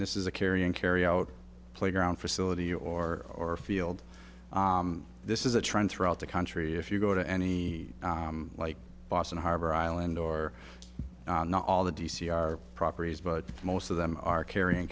this is a carry on carry out playground facility or or a field this is a trend throughout the country if you go to any like boston harbor island or not all the d c are properties but most of them are carrying